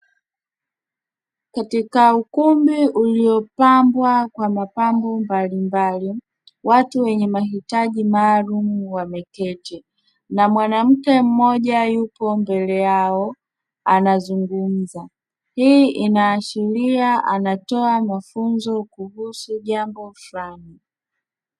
Katika ukumbi uliopambwa kwa mapambo mbalimbali, watu wenye mahitaji maalumu wameketi; na mwanamke mmoja yupo mbele yao anazungumza. Hii inaashiria anatoa mafunzo kuhusu jambo fulani.